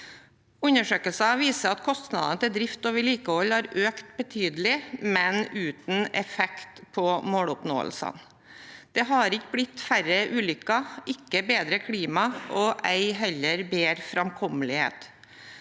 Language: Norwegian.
Undersøkelsen viser at kostnadene til drift og vedlikehold har økt betydelig, men uten effekt på måloppnåelsene. Det har ikke blitt færre ulykker, ikke bedre klima og ei heller bedre framkommelighet.